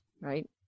right